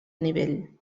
nivell